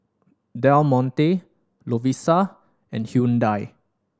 Del Monte Lovisa and Hyundai